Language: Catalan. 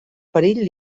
perill